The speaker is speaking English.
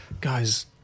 guys